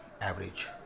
average